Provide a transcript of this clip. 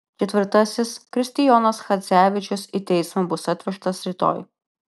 ketvirtasis kristijonas chadzevičius į teismą bus atvežtas rytoj